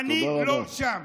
אני לא שם.